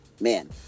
man